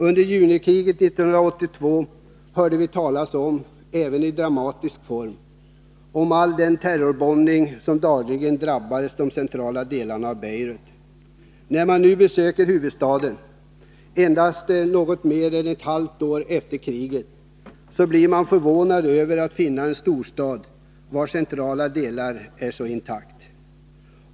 Under junikriget 1982 hörde vi talas om — även i dramatisk form — all den terrorbombning som dagligen drabbade de centrala delarna av Beirut. När man nu besöker huvudstaden — endast något mer än ett halvt år efter kriget — blir man förvånad över att finna en storstad vars centrala delar är så intakta.